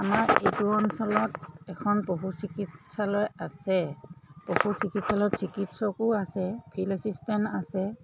আমাৰ ইটো অঞ্চলত এখন পশু চিকিৎসালয় আছে পশু চিকিৎসালয়ত চিকিৎসকো আছে ফিল্ড এছিষ্টেণ্ট আছে